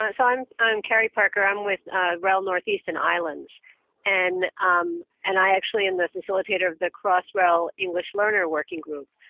ah so i'm i'm carrie parker, i'm with rel northeast and islands and and i actually am the facilitator of the cross-rel english learner working group.